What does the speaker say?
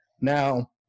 Now